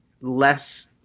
less